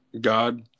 God